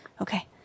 Okay